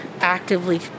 actively